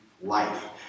life